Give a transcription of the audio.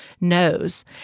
knows